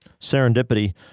serendipity